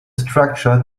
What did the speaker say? structure